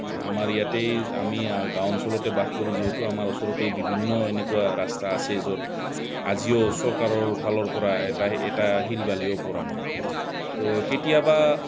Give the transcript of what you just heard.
আমাৰ ইয়াতেই আমি গাঁও অঞ্চলতে বাস কৰোঁ যিহেতু আমাৰ ওচৰতেই বিভিন্ন এনেকুৱা ৰাস্তা আছে য'ত আজিও চৰকাৰৰ ফালৰ পৰা এটা এটা শিল বালিও পৰা নাই তো কেতিয়াবা